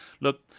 look